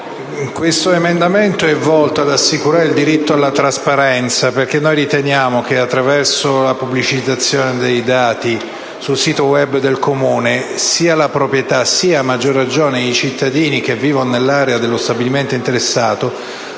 L'emendamento 1.209 è volto ad assicurare il diritto alla trasparenza perché noi riteniamo che, attraverso la pubblicazione dei dati sul sito *web* del Comune sia la proprietà sia, a maggior ragione, i cittadini che vivono nell'area dello stabilimento interessato